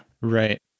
Right